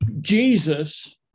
Jesus